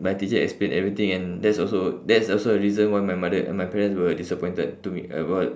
my teacher explained everything and that's also that's also the reason why my mother and my parents were disappointed to me about